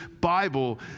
Bible